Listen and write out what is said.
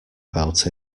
about